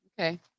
Okay